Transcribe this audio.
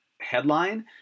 headline